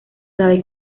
sabe